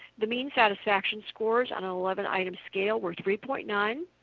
the mean satisfaction scores on an eleven item scale were three point nine,